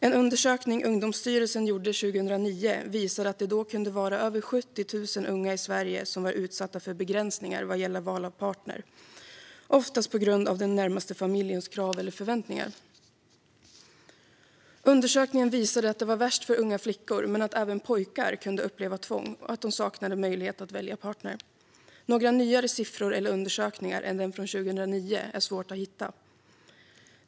En undersökning som Ungdomsstyrelsen gjorde 2009 visade att det då kunde vara över 70 000 unga i Sverige som var utsatta för begränsningar vad gäller val av partner, oftast på grund av den närmaste familjens krav eller förväntningar. Undersökningen visade att det var värst för unga flickor men att även pojkar kunde uppleva tvång och att de saknade möjlighet att välja partner. Några nyare siffror eller undersökningar än dem från 2009 är det svårt att hitta.